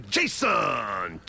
Jason